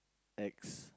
X